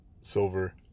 silver